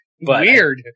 Weird